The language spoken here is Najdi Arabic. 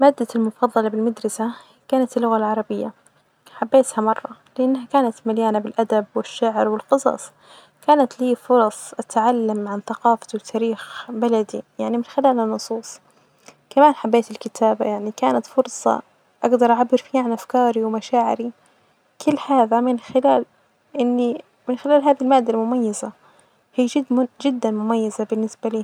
مادتي المفظلة بالمدرسة كانت اللغة العربية، حبيتها مرة لإنها كانت مليانة بلأدب والشعر والقصص، كانت لي فرص أتعلم عن ثقافة وتاريخ بلدي يعني من خلال النصوص ،كمان حبيت الكتابة يعني كانت فرصة أجدر أعبر فيها عن أفكاري ومشاعري، كل هذا من خلال إني-من خلال ها المادة المميزة.هي جد-جدا مميزة بالنسبة لي.